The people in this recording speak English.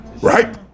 Right